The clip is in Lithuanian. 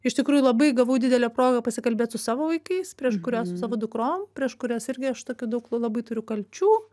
iš tikrųjų labai gavau didelę progą pasikalbėt su savo vaikais prieš kuriuos su savo dukrom prieš kurias irgi aš tokių daug labai turiu kalčių